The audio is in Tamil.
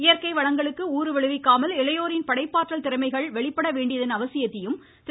இயற்கை வளங்களுக்கு ஊறுவிளைவிக்காமல் இளையோரின் படைப்பாற்றல் திறமைகள் வெளிப்பட வேண்டியதன் அவசியத்தையும் திரு